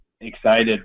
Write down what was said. excited